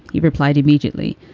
he replied immediately.